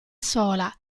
sola